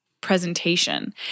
presentation